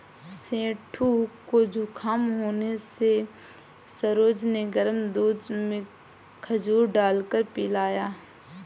सेठू को जुखाम होने से सरोज ने गर्म दूध में खजूर डालकर पिलाया